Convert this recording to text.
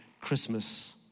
Christmas